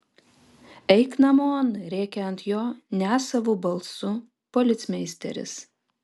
eik namon rėkia ant jo nesavu balsu policmeisteris